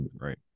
Right